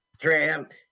Tramp